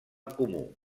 comú